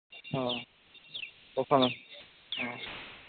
ᱦᱮᱸ ᱦᱮᱸ